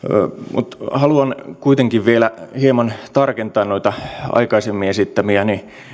mutta haluan kuitenkin vielä hieman tarkentaa noita aikaisemmin esittämiäni